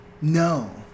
No